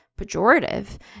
Pejorative